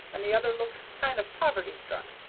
and the other looked kind of poverty-struck.